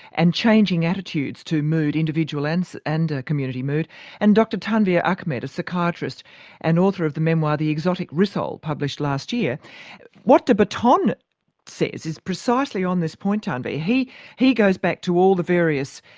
and changing attitudes to mood, individual and and community mood and dr tanveer ahmed, a psychiatrist and author of the memoir, the exotic rissole, published last year what de botton says, is precisely on this point, tanveer. he he goes back to all the various